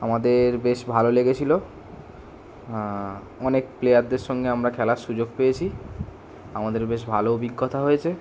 আমাদের বেশ ভালো লেগেছিল অনেক প্লেয়ারদের সঙ্গে আমরা খেলার সুযোগ পেয়েছি আমাদের বেশ ভালো অভিজ্ঞতা হয়েছে